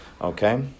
Okay